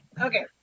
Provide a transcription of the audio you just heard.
Okay